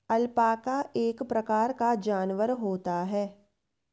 alpaca एक प्रकार का जानवर होता है